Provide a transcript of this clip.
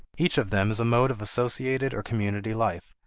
each of them is a mode of associated or community life,